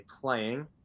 playing